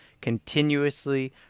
continuously